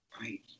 Right